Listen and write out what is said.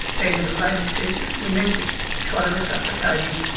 then the lady said, we need to try to resuscitate him.